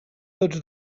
tots